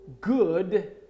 good